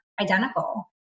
identical